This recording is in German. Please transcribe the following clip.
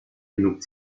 genug